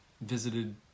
Visited